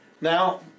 Now